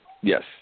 Yes